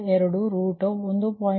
ಆದ್ದರಿಂದ e22 root over 1